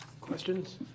questions